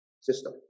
system